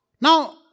Now